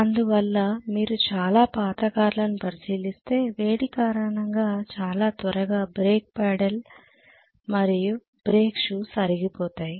అందువల్ల మీరు చాలా పాత కార్లను పరిశీలిస్తే వేడి కారణంగా చాలా త్వరగా బ్రేక్ పాడిల్ మరియు బ్రేక్ షూస్ అరిగిపోతాయి